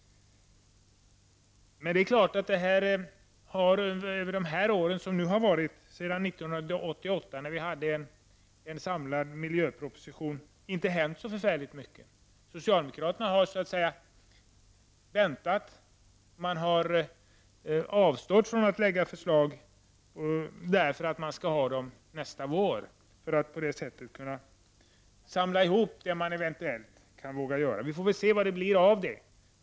Det har sedan 1988, då vi fick en samlad miljöproposition, inte hänt så förfärligt mycket. Socialdemokraterna har väntat och avstått från att lägga fram förslag på grund av att de skall lägga fram dem i vår för att på det sättet samla ihop det som de eventuellt vågar göra. Vi får se vad det blir av dessa förslag.